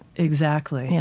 exactly. yeah